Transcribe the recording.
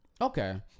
Okay